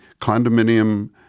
condominium